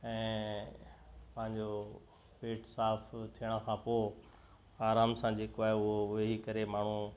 ऐं पंहिंजो पेट साफु थियण खां पोइ आराम सां जेको आहे उहो वेही करे माण्हू